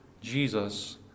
Jesus